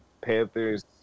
Panthers